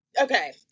okay